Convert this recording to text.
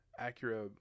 Acura